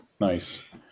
nice